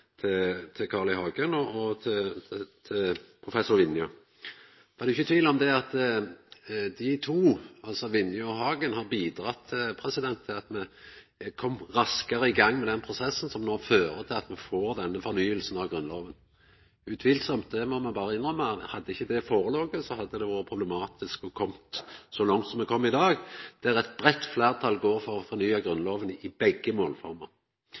til Carl I. Hagen og professor Vinje. Men det er ikkje tvil om at desse to, altså Vinje og Hagen, har bidrege til at me kom raskare i gang med den prosessen som no fører til at me får denne fornyinga av Grunnlova. Ein må berre innrømma at hadde ikkje det lege føre, hadde det utvilsamt vore problematisk å koma så langt som me har kome i dag, der eit breitt fleirtal går for å fornya Grunnlova i begge